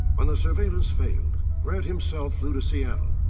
when the surveillance failed, grant himself flew to seattle.